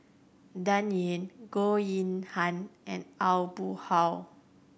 Dan Ying Goh Yihan and Aw Boon Haw